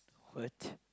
what